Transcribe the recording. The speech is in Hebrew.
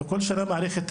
וכל שנה מערכת החינוך,